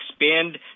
expand